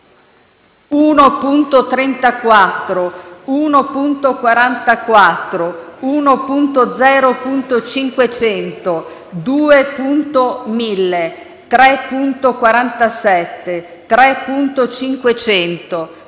1.34, 1.44, 1.0.500, 2.1000, 3.47, 3.500,